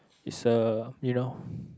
is a you know